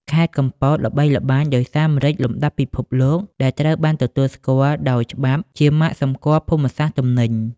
ខេត្តកំពតល្បីល្បាញដោយសារម្រេចលំដាប់ពិភពលោក ដែលត្រូវបានទទួលស្គាល់ដោយច្បាប់ជាម៉ាកសម្គាល់ភូមិសាស្ត្រទំនិញ។